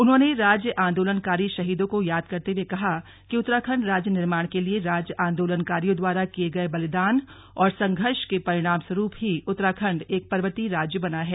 उन्होंने राज्य आन्दोलनकारी शहीदों को याद करते हुए कहा कि उत्तराखण्ड राज्य निर्माण के लिए राज्य आन्दोलनकारियों द्वारा किये गये बलिदान और संघर्ष के परिणामस्वरूप ही उत्तराखण्ड एक पर्वतीय राज्य बना है